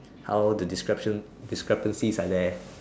how the discreption~ discrepancies are there